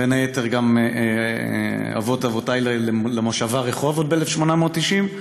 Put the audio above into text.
בין היתר, גם אבות אבותיי, למושבה רחובות ב-1890.